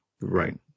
right